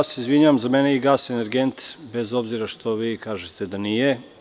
Izvinjavam se, za mene je i gas energent, bez obzira što vi kažete da nije.